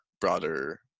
broader